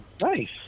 Nice